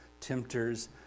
tempters